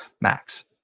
Max